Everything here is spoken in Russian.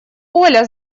оля